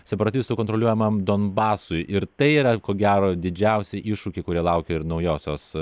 separatistų kontroliuojamam donbasui ir tai yra ko gero didžiausi iššūkiai kurie laukia ir naujosios